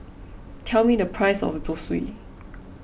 tell me the price of Zosui